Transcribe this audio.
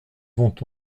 vont